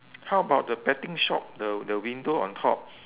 how about the betting shop the the window on top